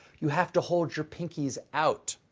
you have to hold your pinkies out.